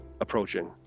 approaching